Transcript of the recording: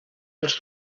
els